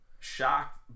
shocked